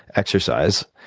exercise,